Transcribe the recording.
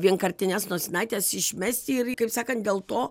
vienkartines nosinaites išmesti ir kaip sakant dėl to